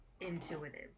intuitive